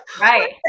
Right